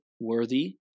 Worthy